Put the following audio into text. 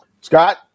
Scott